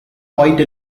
white